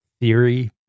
theory